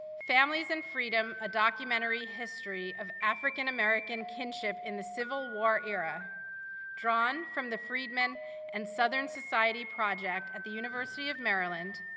families and freedom, a documentary history of african-american kinship in the civil war era drawn from the friedman and southern society project at the university of maryland,